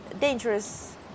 dangerous